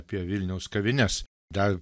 apie vilniaus kavines dar